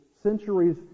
centuries